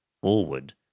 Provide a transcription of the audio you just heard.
forward